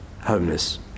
Homeless